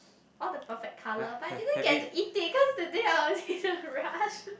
all the perfect colour but I didn't get to eat it because that day I was in a rush